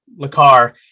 Lakar